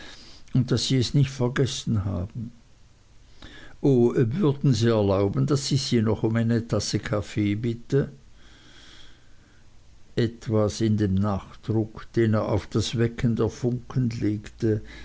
und daß sie es nicht vergessen haben o würden sie erlauben daß ich sie noch um eine tasse kaffee bitte etwas in dem nachdruck den er auf das wecken der funken legte